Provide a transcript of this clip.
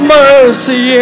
mercy